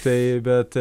taip bet